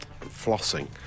Flossing